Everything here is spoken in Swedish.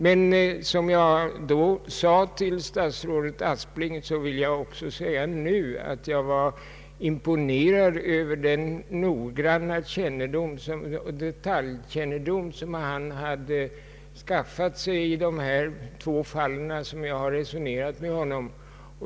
Såsom jag då sade till statsrådet Aspling vill jag säga även nu, nämligen att jag blev imponerad av den noggranna detaljkännedom som han hade skaffat sig i de två fall om vilka jag har resonerat med honom.